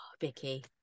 Vicky